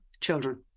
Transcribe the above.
children